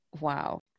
wow